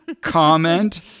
comment